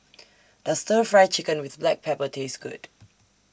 Does Stir Fry Chicken with Black Pepper Taste Good